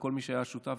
וכל מי שהיה שותף,